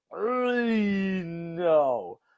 no